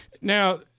Now